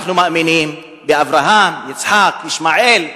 אנחנו מאמינים באברהם, יצחק, ישמעאל,